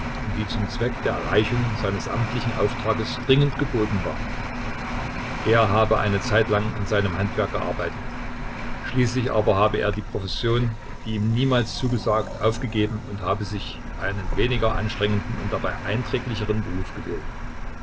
und die zum zweck der erreichung seines amtlichen auftrages dringend geboten war er habe eine zeitlang in seinem handwerk gearbeitet schließlich aber habe er die profession die ihm niemals zugesagt aufgegeben und habe sich einen weniger anstrengenden und dabei einträglicheren beruf gewählt